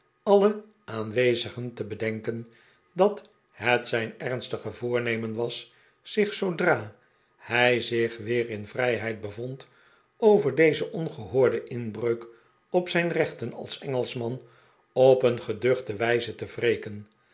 alle aanwezigen te bedenken dat het zijn ernstige voor nemen was zich zoodra hij zich weer in vrijheid bevond over deze ongehoorde inbreuk op zijn rechten als engelschman op een geduehte wijze te